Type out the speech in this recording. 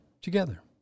together